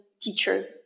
teacher